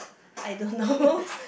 I don't know